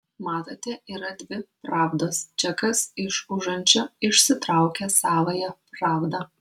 matote yra dvi pravdos čekas iš užančio išsitraukia savąją pravdą